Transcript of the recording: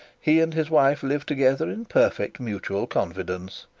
he and his wife live together in perfect mutual confidence.